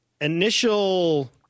initial